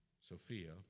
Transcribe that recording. Sophia